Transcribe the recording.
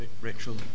Rachel